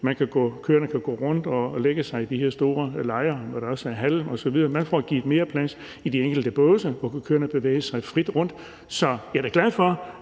Køerne kan gå rundt og lægge sig på de her store lejer, hvor der også er halm osv., og man har givet dem mere plads i de enkelte båse, så de kan bevæge sig frit rundt. Så jeg er da glad for,